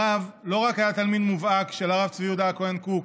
הרב לא רק היה תלמיד מובהק של הרב צבי יהודה הכהן קוק,